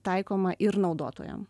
taikoma ir naudotojam